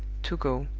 to go.